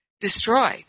destroyed